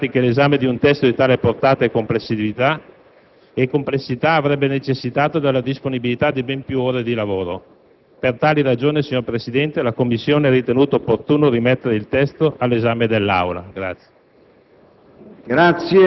Si ritiene infatti che l'esame di un testo di tale portata e complessità avrebbe necessitato della disponibilità di ben più ore di lavoro. Per tali ragioni, signor Presidente, la Commissione ha ritenuto opportuno rimettere il testo all'esame dell'Assemblea.